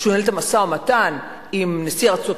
שהוא ינהל את המשא-ומתן עם נשיא ארצות-הברית?